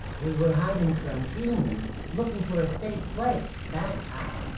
we were hiding from humans, looking for a safe place, that's how. a